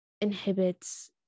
inhibits